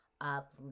up